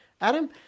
Adam